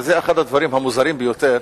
זה אחד הדברים המוזרים ביותר,